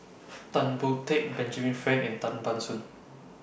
Tan Boon Teik Benjamin Frank and Tan Ban Soon